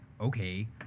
okay